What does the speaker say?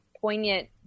poignant